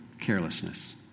carelessness